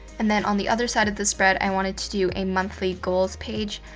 and then on the other side of the spread i wanted to do a monthly goals page.